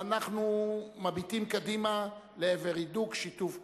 ואנחנו מביטים קדימה לעבר הידוק שיתוף הפעולה.